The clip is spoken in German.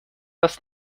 das